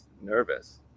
nervous